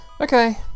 okay